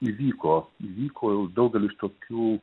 įvyko įvyko daugelis tokių